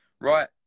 right